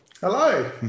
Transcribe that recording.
Hello